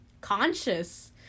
conscious